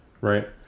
right